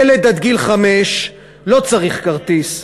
ילד עד גיל חמש לא צריך כרטיס,